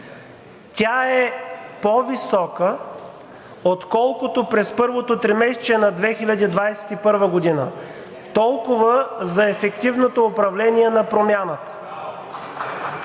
Тя е по-висока, отколкото през първото тримесечие на 2021 г. Толкова за ефективното управление на Промяната.